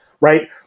Right